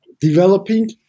developing